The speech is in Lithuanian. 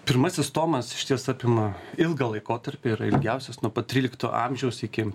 pirmasis tomas išties apima ilgą laikotarpį yra ilgiausias nuo pat trylikto amžiaus iki